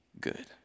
good